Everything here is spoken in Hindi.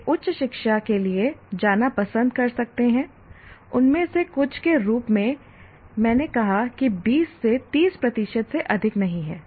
वे उच्च शिक्षा के लिए जाना पसंद कर सकते हैं उनमें से कुछ के रूप में मैं ने कहा कि 20 से 30 प्रतिशत से अधिक नहीं है